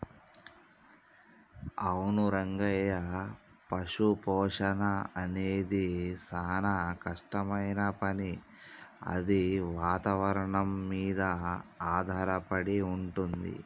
అవును రంగయ్య పశుపోషణ అనేది సానా కట్టమైన పని అది వాతావరణం మీద ఆధారపడి వుంటుంది